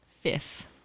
Fifth